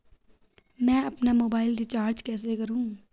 मैं अपना mobile recharge कैसे करूँ?